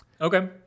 okay